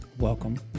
Welcome